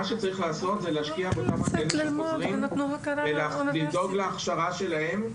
צריך להשקיע באלה שחוזרים ולדאוג להכשרה שלהם.